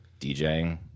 DJing